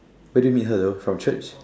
where did you meet her though from Church